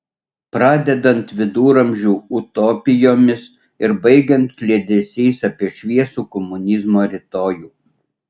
pradedant viduramžių utopijomis ir baigiant kliedesiais apie šviesų komunizmo rytojų